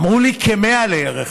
אמרו לי: 100 לערך.